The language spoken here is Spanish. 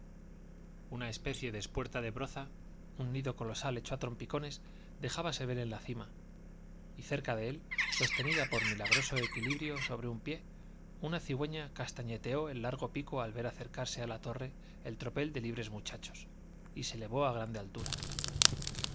una especie de espuerta de broza un nido colosal hecho á trompicones dejábase ver en la cima y cerca de él sostenida por milagroso equilibrio sobre un pie una cigüeña castañeteó el largo pico al ver acercarse á la torre el tropel de libres muchachos y se elevóá grande altura